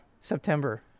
September